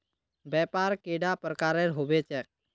व्यापार कैडा प्रकारेर होबे चेक?